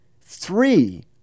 three